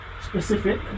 specific